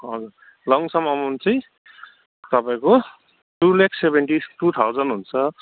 lump sum amount चाहिँ तपाईँको two lakh seventy two thousand हुन्छ